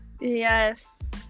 Yes